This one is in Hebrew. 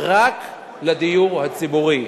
רק לדיור הציבורי.